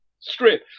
strip